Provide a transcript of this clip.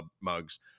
mugs